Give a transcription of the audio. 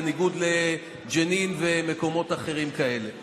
בניגוד לג'נין ולמקומות אחרים כאלה.